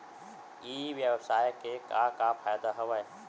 ई व्यवसाय के का का फ़ायदा हवय?